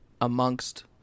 amongst